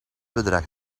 bedrag